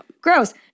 Gross